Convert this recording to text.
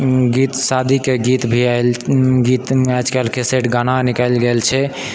गीत शादीके गीत भी आयल गीत आजकल कैसेट गाना निकालि गेल छै